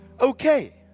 Okay